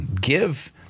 give